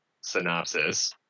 synopsis